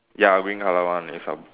ya green colour one it's a